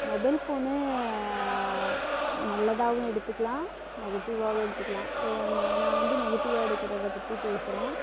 mobile phone நல்லதாகவும் எடுத்துக்கலாம் நெகட்டிவாகவும் எடுத்துக்கலாம் நான் நான் வந்து நெகட்டிவாக எடுக்கிறத பற்றி பேசுகிறேன்